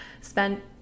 spent